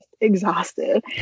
exhausted